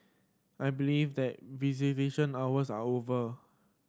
I believe that visitation hours are over